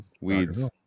weeds